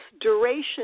duration